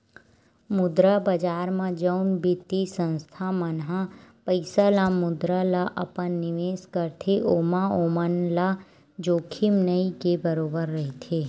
मुद्रा बजार म जउन बित्तीय संस्था मन ह पइसा ल मुद्रा ल अपन निवेस करथे ओमा ओमन ल जोखिम नइ के बरोबर रहिथे